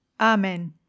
Amen